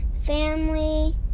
family